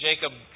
Jacob